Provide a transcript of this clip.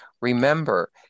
remember